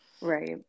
Right